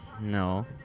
No